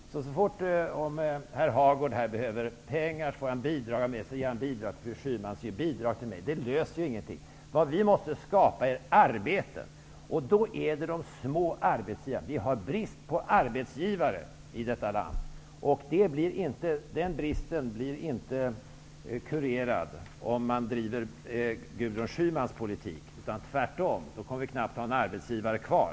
Om herr Hagård här behöver pengar, får han bidrag av mig, och sedan ger han bidrag till fru Schyman, som ger bidrag till mig. Det löser ju ingenting. Vad vi måste skapa är arbeten. Då är det de små arbetsgivarna som är viktiga. Vi har brist på arbetsgivare i detta land, och den bristen blir inte kurerad om man bedriver Gudrun Schymans politik, utan tvärtom. Då kommer vi knappt att ha några arbetsgivare kvar.